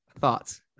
Thoughts